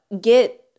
get